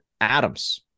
Adams